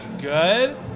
Good